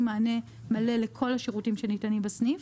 מענה מלא לכל השירותים שניתנים בסניף,